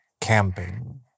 camping